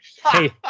Hey